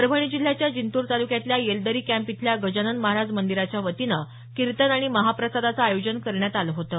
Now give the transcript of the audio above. परभणी जिल्ह्याच्या जिंतूर तालुक्यातल्या येलदरी कॅम्प इथल्या गजानन महाराज मंदिराच्यावतीनं किर्तन आणि महाप्रसादाचं आयोजन करण्यात आलं होतं